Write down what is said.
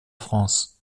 france